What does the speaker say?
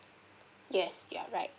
yes you're right